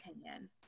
opinion